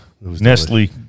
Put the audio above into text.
Nestle